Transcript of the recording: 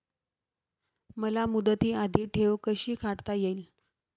मला मुदती आधी ठेव कशी काढता येईल?